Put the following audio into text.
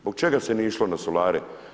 Zbog čega se nije išlo na solare?